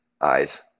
eyes